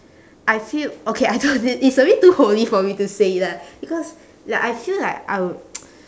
I feel okay I thought it it's a bit too holy for me to say lah because like I feel like I will